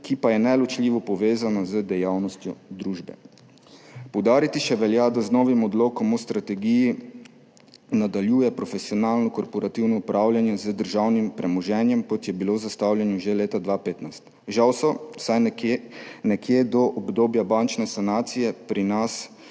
ki pa je neločljivo povezana z dejavnostjo družbe. Poudariti še velja, da se z novim odlokom o strategiji nadaljuje profesionalno korporativno upravljanje z državnim premoženjem, kot je bilo zastavljeno že leta 2015. Žal so vsaj nekje do obdobja bančne sanacije pri nas